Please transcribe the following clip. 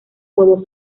huevo